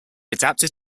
adapted